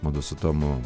mudu su tomu